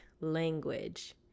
language